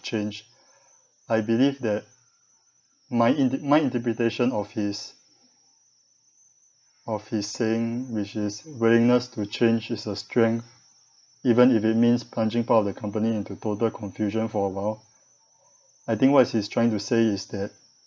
change I believe that my in~ my interpretation of his of his saying which is willingness to change is a strength even if it means plunging part of the company into total confusion for awhile I think what he's trying to say is that